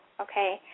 okay